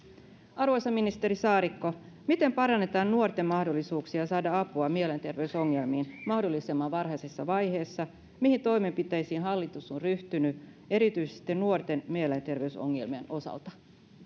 arvoisa ministeri saarikko miten parannetaan nuorten mahdollisuuksia saada apua mielenterveysongelmiin mahdollisimman varhaisessa vaiheessa mihin toimenpiteisiin hallitus on ryhtynyt erityisesti nuorten mielenterveysongelmien osalta